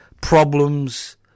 problems